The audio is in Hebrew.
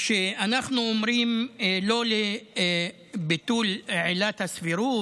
כשאנחנו אומרים לא לביטול עילת הסבירות,